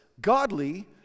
godly